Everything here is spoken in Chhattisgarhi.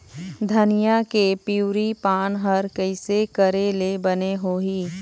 धनिया के पिवरी पान हर कइसे करेले बने होही?